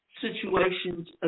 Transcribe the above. situations